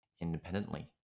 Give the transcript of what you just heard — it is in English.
Independently